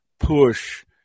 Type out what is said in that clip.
push